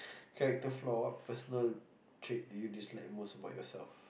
character flaw what personal trait do you dislike most about yourself